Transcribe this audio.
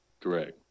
Correct